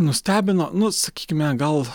nustebino nu sakykime gal